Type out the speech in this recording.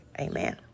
Amen